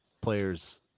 players